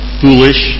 foolish